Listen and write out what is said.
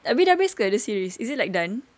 tapi dah habis ke the series is it like done